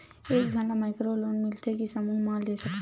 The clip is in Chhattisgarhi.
एक झन ला माइक्रो लोन मिलथे कि समूह मा ले सकती?